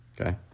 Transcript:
okay